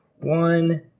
one